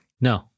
No